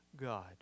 God